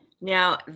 Now